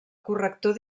corrector